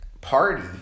Party